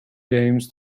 games